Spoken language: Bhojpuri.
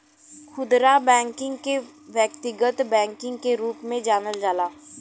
खुदरा बैकिंग के व्यक्तिगत बैकिंग के रूप में जानल जाला